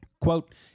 Quote